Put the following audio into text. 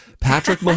Patrick